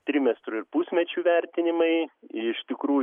trimestrų ir pusmečių vertinimai iš tikrų